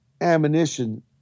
ammunition